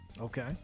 Okay